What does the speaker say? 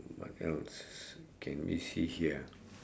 what else okay let me see here